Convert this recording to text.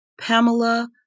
Pamela